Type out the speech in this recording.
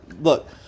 look